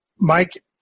Mike